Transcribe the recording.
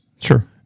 Sure